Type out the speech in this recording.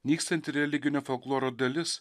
nykstanti religinio folkloro dalis